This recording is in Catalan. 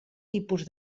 tipus